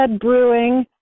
Brewing